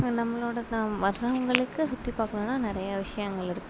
நம்மளோட வர்றவங்களுக்கு சுற்றி பார்க்கணுன்னா நிறைய விஷயங்கள் இருக்கு